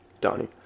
Donnie